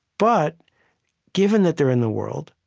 but given that they're in the world,